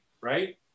right